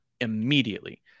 immediately